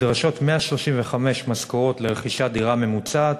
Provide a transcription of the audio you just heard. נדרשות 135 משכורות לרכישת דירה ממוצעת,